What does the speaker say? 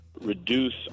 reduce